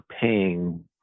paying